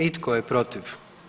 I tko je protiv?